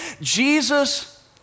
Jesus